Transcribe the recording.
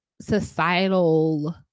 societal